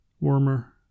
Warmer